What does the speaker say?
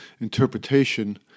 interpretation